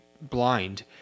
blind